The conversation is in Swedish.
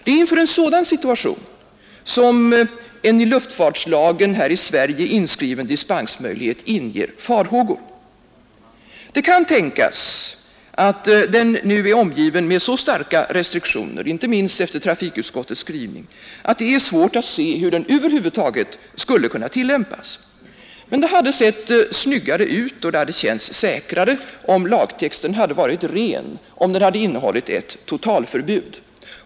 Det är inför en sådan situation som en i luftfartslagen här i Sverige inskriven dispensmöjlighet inger farhågor. Det kan tänkas att den nu är omgiven med så starka restriktioner, inte minst efter trafikutskottets skrivning, att det är svårt att se hur den över huvud taget skall kunna tillämpas. Men det hade sett snyggare ut och hade känts säkrare om lagtexten hade varit ”ren” och innehållit ett totalförbud.